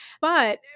But-